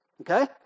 Okay